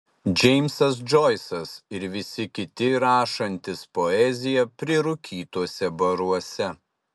džeimsas džoisas ir visi kiti rašantys poeziją prirūkytuose baruose